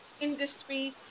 industry